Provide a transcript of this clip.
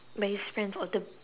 by he's friends or the